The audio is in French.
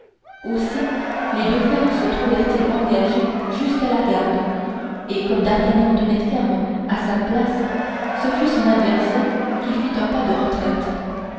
aussi les deux fers se trouvèrent ils engagés jusqu'à la garde et comme d'artagnan tenait ferme à sa place ce fut son adversaire qui fit un pas de retraite